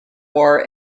war